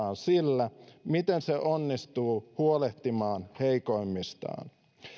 arvo mitataan sillä miten se onnistuu huolehtimaan heikoimmistaan